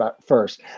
first